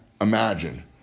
imagine